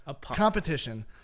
competition